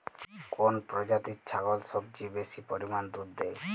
কোন প্রজাতির ছাগল সবচেয়ে বেশি পরিমাণ দুধ দেয়?